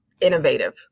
innovative